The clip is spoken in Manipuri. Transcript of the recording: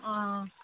ꯑꯥ